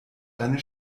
deine